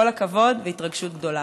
כל הכבוד והתרגשות גדולה.